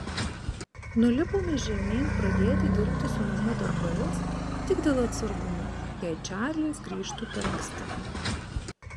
nulipome žemyn pradėti dirbti su namų darbais tik dėl atsargumo jei čarlis grįžtų per anksti